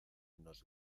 nos